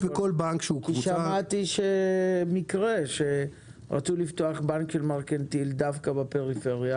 שמעתי על מקרה שרצו לפתוח סניף של מרכנתיל בפריפריה